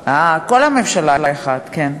בממשלה, כל הממשלה היא אחת, כן.